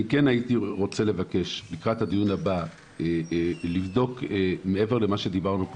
הייתי רוצה לבקש לקראת הדיון הבא לבדוק מעבר למה שדיברנו,